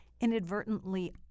inadvertently